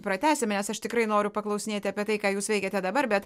pratęsime nes aš tikrai noriu paklausinėti apie tai ką jūs veikiate dabar bet